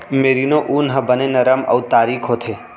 merino ऊन ह बने नरम अउ तारीक होथे